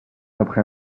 après